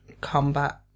combat